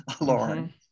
Lauren